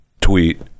tweet